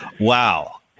Wow